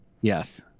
Yes